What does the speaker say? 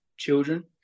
children